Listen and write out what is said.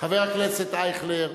חבר הכנסת אייכלר.